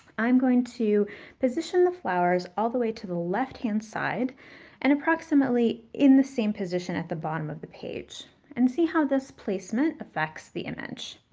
i'm going to position the flowers all the way to the left-hand side and approximately in the same position at the bottom of the page and see how this placement affects the image.